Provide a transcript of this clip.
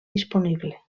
disponible